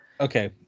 Okay